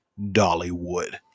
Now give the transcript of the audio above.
Dollywood